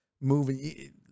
moving